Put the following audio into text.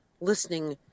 listening